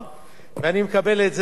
ואני מקבל את זה באהבה,